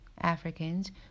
Africans